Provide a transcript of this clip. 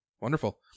Wonderful